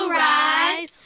rise